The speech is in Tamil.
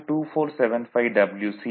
99Wi 0